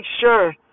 sure